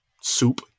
soup